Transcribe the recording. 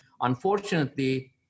Unfortunately